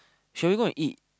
shall we go and eat